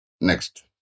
Next